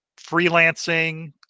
freelancing